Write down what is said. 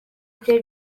byari